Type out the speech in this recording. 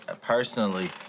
personally